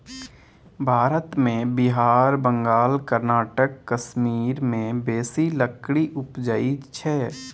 भारत मे बिहार, बंगाल, कर्नाटक, कश्मीर मे बेसी लकड़ी उपजइ छै